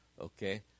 okay